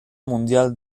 mundial